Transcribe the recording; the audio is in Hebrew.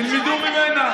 אני דורשת, תלמדו ממנה.